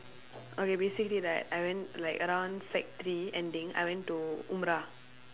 okay basically right I went like around sec three ending I went to umrah